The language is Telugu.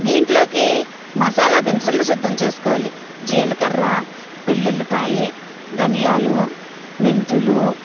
దీంట్లోకి మసాలా దినుసులు సిద్ధం చేసుకోవాలి జీలకర్ర వెల్లుల్లి పాయి ధనియాలు మెంతులు